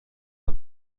per